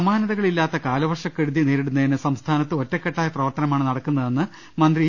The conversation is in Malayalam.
സമാനതകളില്ലാത്ത കാലവർഷക്കെടുതി നേരിടുന്നതിന് സംസ്ഥാ നത്ത് ഒറ്റക്കെട്ടായ പ്രവർത്തനമാണ് നടക്കുന്നതെന്ന് മന്ത്രി ഇ